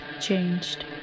changed